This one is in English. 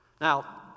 Now